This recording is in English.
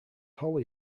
holi